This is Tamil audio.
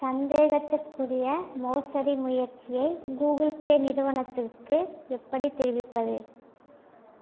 சந்தேகத்துக்குரிய மோசடி முயற்சியை கூகிள் பே நிறுவனத்துக்கு எப்படித் தெரிவிப்பது